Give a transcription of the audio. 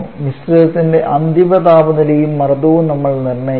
മിശ്രിതത്തിന്റെ അന്തിമ താപനിലയും മർദ്ദവും നമ്മൾ നിർണ്ണയിക്കണം